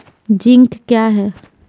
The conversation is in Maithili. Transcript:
जिंक क्या हैं?